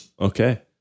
okay